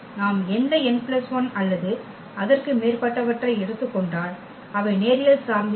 நாம் எந்த n 1 அல்லது அதற்கு மேற்பட்டவற்றை எடுத்துக் கொண்டால் அவை நேரியல் சார்ந்து இருக்கும்